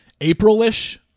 April-ish